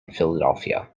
philadelphia